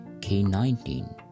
K-19